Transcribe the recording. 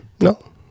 No